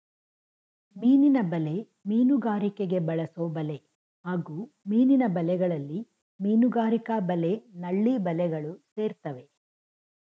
ಮೀನಿನ ಬಲೆ ಮೀನುಗಾರಿಕೆಗೆ ಬಳಸೊಬಲೆ ಹಾಗೂ ಮೀನಿನ ಬಲೆಗಳಲ್ಲಿ ಮೀನುಗಾರಿಕಾ ಬಲೆ ನಳ್ಳಿ ಬಲೆಗಳು ಸೇರ್ತವೆ